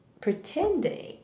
pretending